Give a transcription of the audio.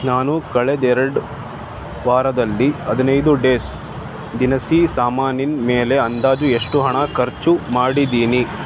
ನಾನು ಕಳೆದ ಎರಡು ವಾರದಲ್ಲಿ ಹದಿನೈದು ಡೇಸ್ ದಿನಸಿ ಸಾಮಾನಿನ ಮೇಲೆ ಅಂದಾಜು ಎಷ್ಟು ಹಣ ಖರ್ಚು ಮಾಡಿದ್ದೀನಿ